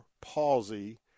palsy